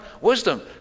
wisdom